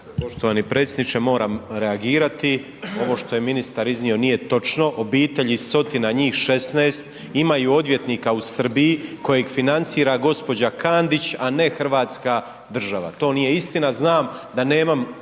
Poštovani predsjedniče, moram reagirati, ovo što je ministar iznio nije točno. Obitelji iz Sotina, njih 16, imaju odvjetnika u Srbiji kojeg financira gđa. Kandić, a ne hrvatska država. To nije istina, znam da nemam